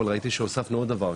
אבל ראיתי שהוספנו עוד דבר,